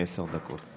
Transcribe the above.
עשר דקות.